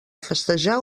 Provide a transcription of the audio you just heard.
festejar